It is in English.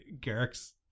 Garrick's